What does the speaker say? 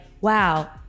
wow